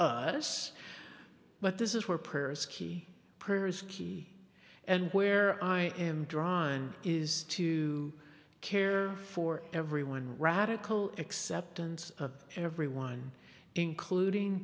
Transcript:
us but this is where prayer is key prayer is key and where i am drawn is to care for everyone radical acceptance of everyone including